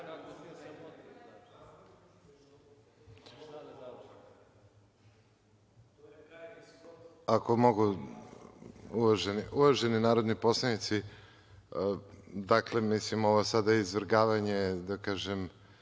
Antić** Uvaženi narodni poslanici, dakle, mislim, ovo je sada izvrgavanje, da kažem,